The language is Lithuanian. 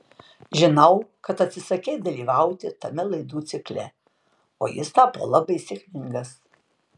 žinau kad atsisakei dalyvauti tame laidų cikle o jis tapo labai sėkmingas